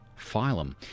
Phylum